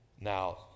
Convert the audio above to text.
now